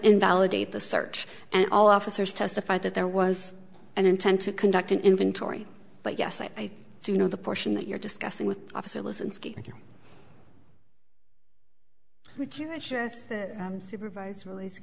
invalidate the search and all officers testified that there was an intent to conduct an inventory but yes i do know the portion that you're discussing with officer listen you would you supervise release